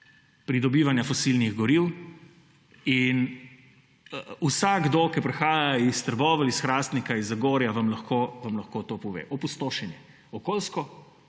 pridobivanja fosilnih goriv in vsakdo, ki prihaja iz Trbovelj, iz Hrastnika, iz Zagorja, vam lahko to pove. Opustošenje. Okoljsko,